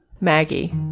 Maggie